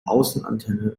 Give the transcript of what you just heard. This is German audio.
außenantenne